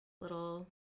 little